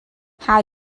how